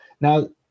Now